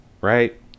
Right